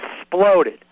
exploded